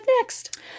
next